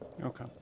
Okay